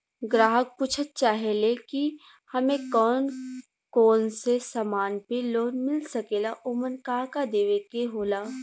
ग्राहक पुछत चाहे ले की हमे कौन कोन से समान पे लोन मील सकेला ओमन का का देवे के होला?